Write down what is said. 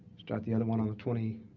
start the other one on the twenty